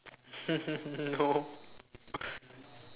no